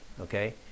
okay